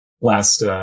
last